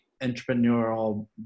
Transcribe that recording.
entrepreneurial